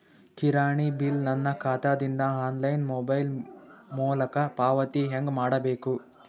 ಕಿರಾಣಿ ಬಿಲ್ ನನ್ನ ಖಾತಾ ದಿಂದ ಆನ್ಲೈನ್ ಮೊಬೈಲ್ ಮೊಲಕ ಪಾವತಿ ಹೆಂಗ್ ಮಾಡಬೇಕು?